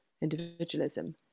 individualism